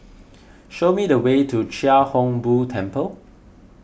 show me the way to Chia Hung Boo Temple